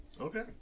Okay